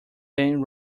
than